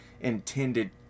intended